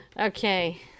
Okay